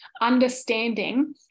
understanding